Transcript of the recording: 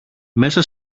μέσα